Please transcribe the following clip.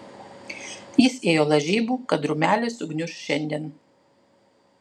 jis ėjo lažybų kad rūmelis sugniuš šiandien